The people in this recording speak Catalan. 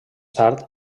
tard